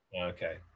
Okay